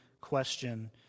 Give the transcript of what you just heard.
question